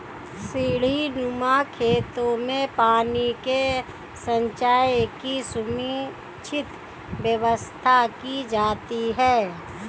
सीढ़ीनुमा खेतों में पानी के संचय की समुचित व्यवस्था की जाती है